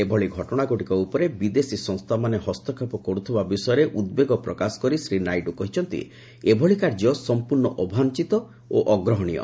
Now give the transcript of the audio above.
ଏଭଳି ଘଟଣାଗୁଡ଼ିକ ଉପରେ ବିଦେଶୀ ସଂସ୍ଥାମାନେ ହସ୍ତକ୍ଷେପ କରୁଥିବା ବିଷୟରେ ଉଦ୍ବେଗ ପ୍ରକାଶ କରି ଶ୍ରୀ ନାଇଡୁ କହିଛନ୍ତି ଏଭଳି କାର୍ଯ୍ୟ ସମ୍ପର୍ଶ୍ଣ ଅବାଞ୍ଚିତ ଓ ଅଗ୍ରହଣୀୟ